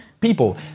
People